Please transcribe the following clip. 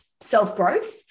self-growth